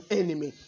enemy